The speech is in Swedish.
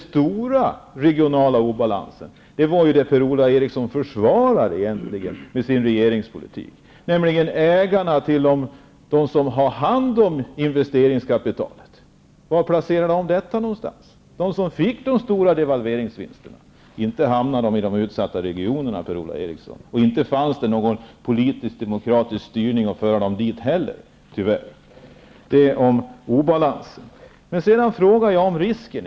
Men Per-Ola Eriksson försvarar egentligen med sin regeringspolitik den stora regionala obalansen, dvs. ägarna av investeringskapitalet. Var placerade de som fick del av de stora devalveringsvinsterna detta kapital någonstans? Inte hamnade det i de utsatta regionerna, Per-Ola Eriksson. Inte har det heller funnits någon politisk, demokratisk styrning för att föra kapitalet dit. Det här var med anledning av frågan om obalansen.